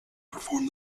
performed